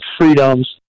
freedoms